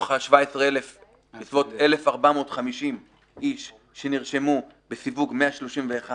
מתוכם יש כ-1,450 איש שנרשמו בסיווג 131